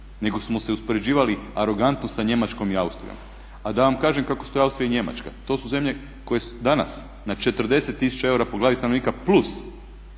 nego smo se uspoređivali arogantno sa Njemačkom i Austrijom. A da vam kažem kako stoje Austrija i Njemačka? To su zemlje koje danas na 40000 eura po glavi stanovnika plus